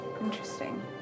Interesting